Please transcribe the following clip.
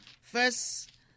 first